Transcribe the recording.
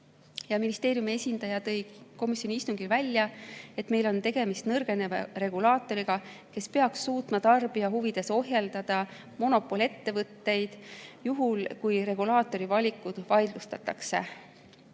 Ministeeriumi esindaja tõi komisjoni istungil välja, et meil on tegemist nõrgeneva regulaatoriga, kes peaks suutma tarbija huvides ohjeldada monopolettevõtteid, juhul kui regulaatori valikud vaidlustatakse.